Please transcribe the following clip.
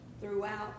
throughout